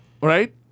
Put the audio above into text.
right